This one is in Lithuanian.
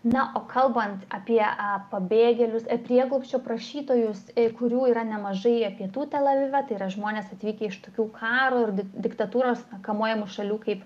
na o kalbant apie pabėgėlius ir prieglobsčio prašytojus kurių yra nemažai kitų tel avive tai yra žmonės atvykę iš tokių karo ir diktatūros kamuojamų šalių kaip